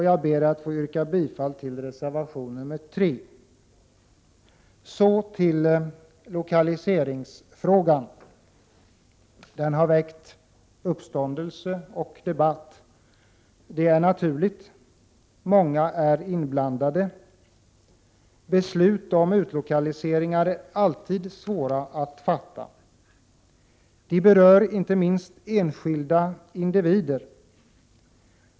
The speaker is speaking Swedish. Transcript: Jag ber att få yrka bifall till reservation 3. Så till lokaliseringsfrågan. Den har väckt uppståndelse och debatt, och det är naturligt. Många är inblandade. Beslut om utlokalisering är alltid svåra att fatta. De berör inte minst enskilda individer.